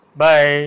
bye